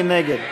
מי נגד?